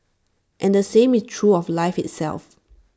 and the same is true of life itself